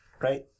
right